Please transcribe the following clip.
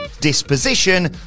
disposition